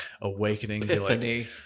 awakening